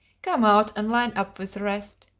come out and line up with the rest!